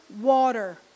water